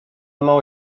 mało